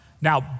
Now